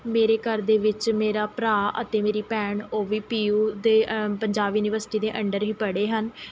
ਮੇਰੇ ਘਰ ਦੇ ਵਿੱਚ ਮੇਰਾ ਭਰਾ ਅਤੇ ਮੇਰੀ ਭੈਣ ਉਹ ਵੀ ਪੀ ਯੂ ਦੇ ਪੰਜਾਬ ਯੂਨੀਵਰਸਿਟੀ ਦੇ ਅੰਡਰ ਹੀ ਪੜ੍ਹੇ ਹਨ